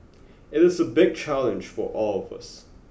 it is a big challenge for all of us